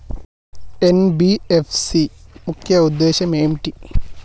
NBFC ముఖ్య ఉద్దేశం ఏంటి?